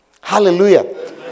Hallelujah